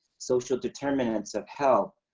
social determinants of health,